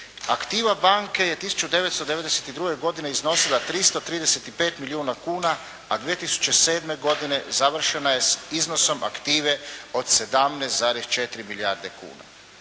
Aktiva banke je 1992. godine iznosila 335 milijuna kuna, a 2007. godine završena je s iznosom aktive od 17,4 milijarde kuna.